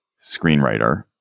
screenwriter